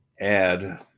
add